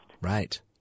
Right